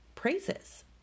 Praises